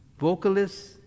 vocalists